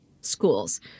schools